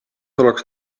oleks